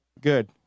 Good